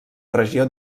regió